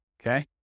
okay